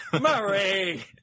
Murray